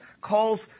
calls